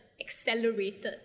accelerated